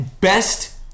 Best